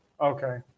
Okay